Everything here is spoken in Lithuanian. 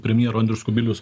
premjeru andrius kubilius